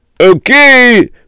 Okay